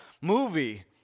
movie